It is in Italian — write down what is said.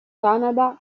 canada